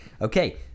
Okay